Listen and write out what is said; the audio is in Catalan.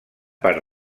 part